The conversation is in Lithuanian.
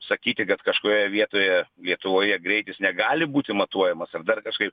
sakyti kad kažkurioje vietoje lietuvoje greitis negali būti matuojamas ar dar kažkaip